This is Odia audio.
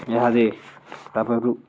ଏହାଦେ ତା'ପରେ